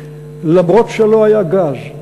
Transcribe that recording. אף-על-פי שלא היה גז,